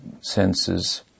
senses